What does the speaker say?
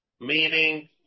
Meaning